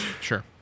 sure